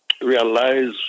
Realize